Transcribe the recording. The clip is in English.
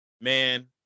man